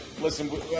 listen